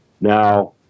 Now